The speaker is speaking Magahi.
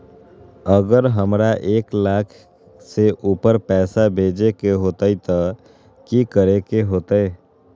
अगर हमरा एक लाख से ऊपर पैसा भेजे के होतई त की करेके होतय?